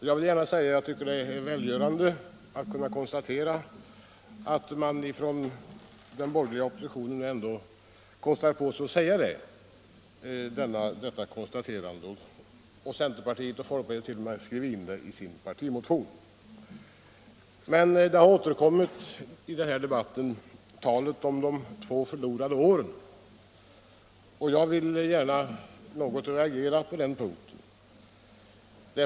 Jag vill gärna säga att jag tycker att det är välgörande att den borgerliga oppositionen nu ändå kostar på sig att göra detta konstaterande och att centerpartiet och folkpartiet t.o.m. skrivit in det i sin partimotion. Men i debatten har också talet om de två förlorade åren återkommit, och jag reagerar något på den punkten.